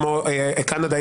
כמו קנדה,